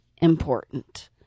important